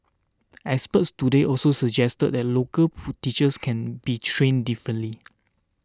experts today also suggested that local teachers can be trained differently